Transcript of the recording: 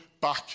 back